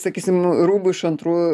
sakysim rūbų iš antrų